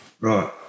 Right